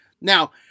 Now